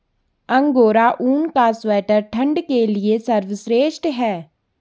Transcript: angora ऊन का sweater ठंड के लिए सर्वश्रेष्ठ है